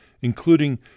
including